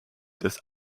des